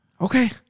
okay